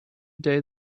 day